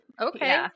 okay